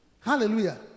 Hallelujah